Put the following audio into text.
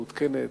מעודכנת,